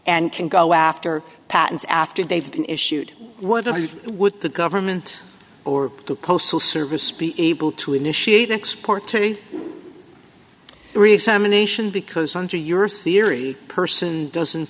and can go after patents after they've been issued with the government or two postal service be able to initiate export to me reexamination because under your theory person doesn't